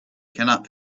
cannot